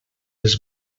les